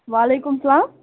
وعلیکُم السلام